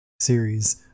series